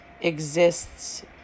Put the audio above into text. exists